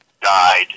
died